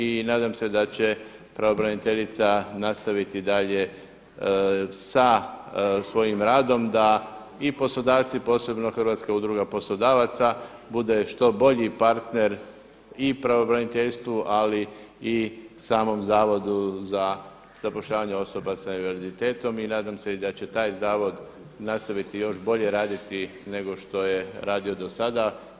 I nadam se da će pravobraniteljica nastaviti dalje sa svojim radom da i poslodavci, posebno Hrvatska udruga poslodavaca bude što bolji partner i pravobraniteljstvu ali i samom zavodu za zapošljavanje osoba sa invaliditetom i nadam se i da će taj zavod nastaviti još bolje raditi nego što je radio do sada.